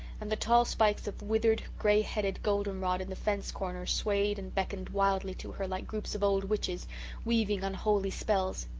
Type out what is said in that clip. and the tall spikes of withered, grey-headed golden-rod in the fence corners swayed and beckoned wildly to her like groups of old witches weaving unholy spells.